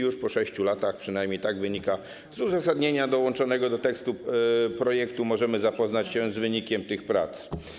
Już po 6 latach, przynajmniej tak wynika z uzasadnienia dołączonego do tekstu projektu, możemy zapoznać się z wynikiem tych prac.